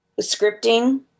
scripting